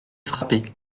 frappé